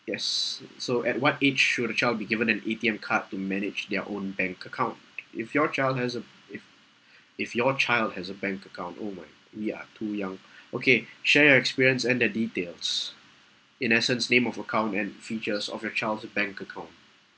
yes uh so at what age should a child be given an A_T_M card to manage their own bank account if your child has a if if your child has a bank account oh my we are too young okay share your experience and the details in essence name of account and features of your child's bank account